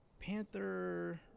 Panther